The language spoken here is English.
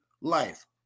life